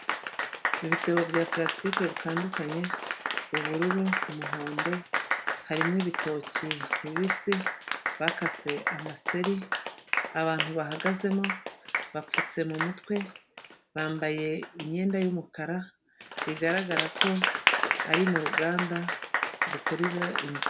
Ibitebo bya parastiki bitandukanye ubururu, umuhondo, harimo ibitoki bibisi bakase amaseri, abantu bahagazemo bapfutse mu mutwe, bambaye imyenda y'umukara bigaragara ko ari mu ruganda rukorrera inzu.